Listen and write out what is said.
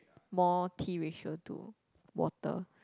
more tea ratio to water